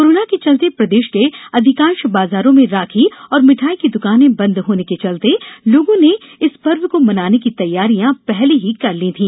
corona के चलते प्रदेश के अधिकांश बाजारों में राखी और मिठाई की दुकानें बंद होने के बावजूद लोगों ने इस पर्व को मनाने की तैयारियां पहले ही कर ली थी